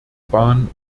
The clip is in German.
bahn